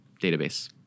database